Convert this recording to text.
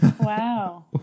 Wow